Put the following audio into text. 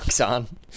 on